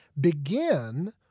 begin